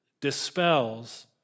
dispels